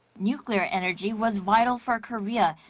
nuclear energy was vital for korea,